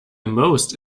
most